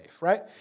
right